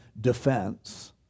defense